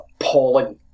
appalling